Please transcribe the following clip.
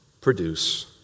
produce